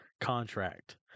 contract